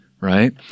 Right